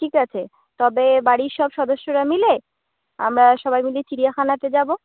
ঠিক আছে তবে বাড়ির সব সদস্যরা মিলে আমরা সবাই মিলে চিড়িয়াখানাতে যাবো